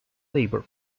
labour